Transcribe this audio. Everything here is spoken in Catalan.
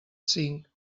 cinc